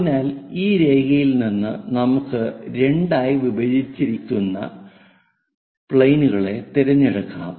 അതിനാൽ ഈ രേഖയിൽ നിന്ന് നമുക്ക് രണ്ടായി വിഭജിച്ചിരിക്കുന്ന പ്ലെയിനുകളെ തിരഞ്ഞെടുക്കാം